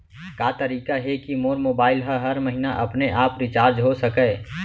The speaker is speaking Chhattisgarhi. का तरीका हे कि मोर मोबाइल ह हर महीना अपने आप रिचार्ज हो सकय?